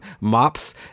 mops